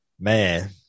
man